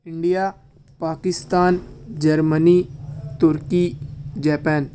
India Pakistan Germany turkey Japan